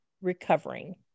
recovering